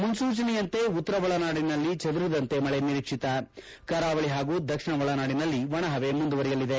ಮುನ್ಸೂಚನೆಯಂತೆ ಉತ್ತರ ಒಳನಾಡಿನಲ್ಲಿ ಚುದುರಿದಂತೆ ಮಳೆ ನಿರೀಕ್ಷಿತ ಕರಾವಳಿ ಹಾಗೂ ದಕ್ಷಿಣ ಒಳನಾಡಿನಲ್ಲಿ ಒಣಹವೆ ಮುಂದುವರೆಯಲಿದೆ